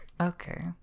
Okay